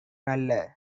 நல்ல